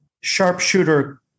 Sharpshooter